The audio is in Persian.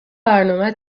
برنامه